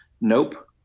Nope